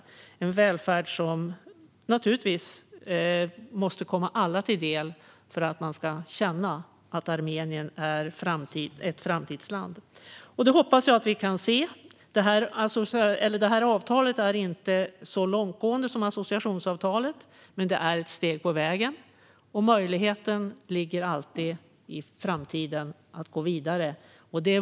Det måste vara en välfärd som kommer alla till del för att man ska känna att Armenien är ett framtidsland. Det hoppas jag att vi kan göra. Avtalet är inte lika långtgående som associationsavtalet, men det är ett steg på vägen. Möjligheten finns alltid att i framtiden gå vidare.